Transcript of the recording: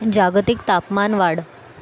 जागतिक तापमानवाढ